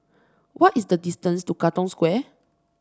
what is the distance to Katong Square